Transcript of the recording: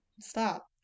stop